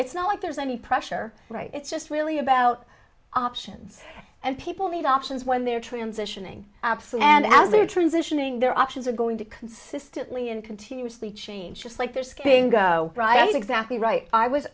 it's not like there's any pressure right it's just really about options and people need options when they're transitioning absolutely and as they're transitioning their options are going to consistently and continuously change just like they're skiing right exactly right i was